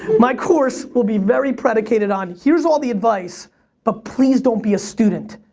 my course will be very predicated on here's all the advice but please don't be a student.